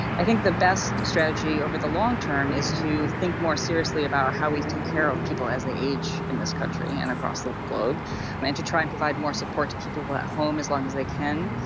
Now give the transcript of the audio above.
i think the best strategy over the long-term is to think more seriously about how we take care of people as they age in this country and across the globe but and to try and to provide more support to keep people at home as long as they can,